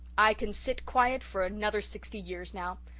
i can sit quiet for another sixty years now!